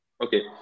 Okay